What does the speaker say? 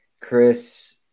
Chris